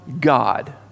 God